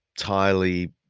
entirely